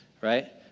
right